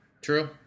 True